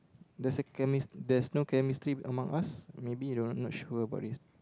there's a chemist~ there's no chemistry among us maybe though not sure about this